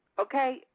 okay